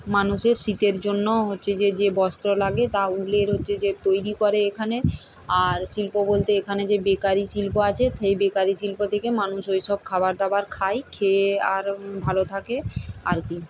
মানুষের শীতের জন্য হচ্ছে যে যে বস্ত্র লাগে তা উলের হচ্ছে যে তৈরি করে এখানের আর শিল্প বলতে এখানে যে বেকারি শিল্প আছে সেই বেকারি শিল্প থেকে মানুষ ওই সব খাবার দাবার খায় খেয়ে আর ভালো থাকে আর কী